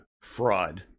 fraud